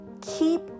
Keep